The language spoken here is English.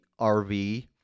RV